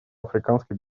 африканских